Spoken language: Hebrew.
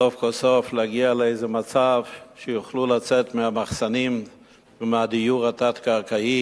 סוף כל סוף להגיע לאיזה מצב שיוכלו לצאת מהמחסנים ומהדיור התת-קרקעי